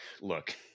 look